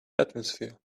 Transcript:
atmosphere